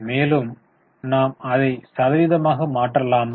மேலும் நாம் அதைச் சதவீதமாக மாற்றலாமா